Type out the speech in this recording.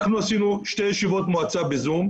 אנחנו עשינו שתי ישיבות מועצה ב-זום,